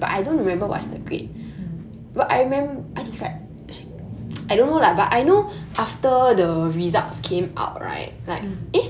ya mm mm